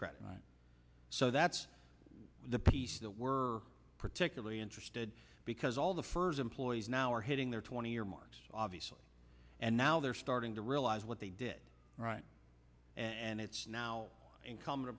credit so that's the piece that we're particularly interested because all the fors employees now are hitting their twenty year marks obviously and now they're starting to realize what they did right and it's now incumbent